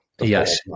Yes